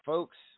Folks